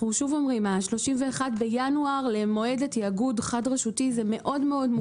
שוב - ה-31 בינואר למועד התאגוד חד רשותי זה מאוד מוקדם.